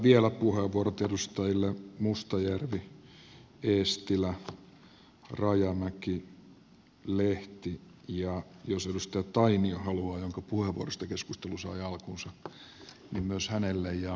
vielä vastauspuheenvuorot edustajille mustajärvi eestilä rajamäki lehti ja jos edustaja tainio jonka puheenvuorosta keskustelu sai alkunsa haluaa niin myös hänelle sekä edustaja anttilalle